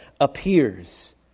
appears